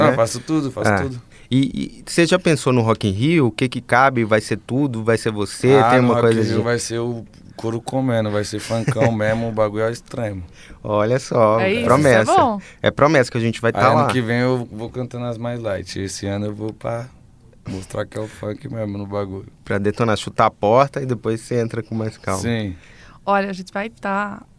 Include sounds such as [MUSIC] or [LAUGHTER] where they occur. Não, né? faço tudo, faço Ah. tudo. E- e você já pensou no Rock in Rio? O que que cabe? Vai ser tudo? Vai ser você? Tem Ah, no uma Rock coisa in Rio de- vai ser o couro comendo, vai ser funkão mesmo, [LAUGHS] o bagulho é extremo. Olha só, É isso, isso é promessa. bom. É promessa que a gente vai tá Aí ano lá. que vem eu vou cantando as mais light, esse ano eu vou pra mostrar que é o funk mesmo no bagulho. Pra detonar, chutar a porta e depois cê entra com mais calma. Sim. Olha, a gente vai tá